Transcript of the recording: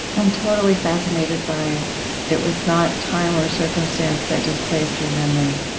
i'm totally fascinated by it was not time or circumstance that displaced your memory.